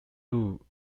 rule